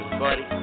buddy